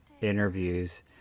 interviews